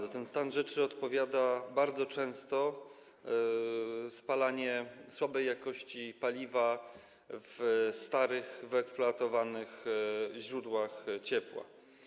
Za ten stan rzeczy odpowiada bardzo często spalanie słabej jakości paliwa w starych, wyeksploatowanych źródłach ciepła.